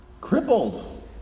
crippled